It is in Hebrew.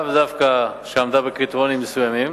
לאו דווקא שעמדה בתבחינים מסוימים,